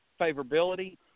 favorability